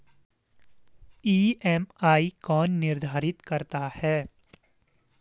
EMI कौन निर्धारित करता है?